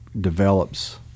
develops